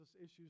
issues